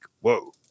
whoa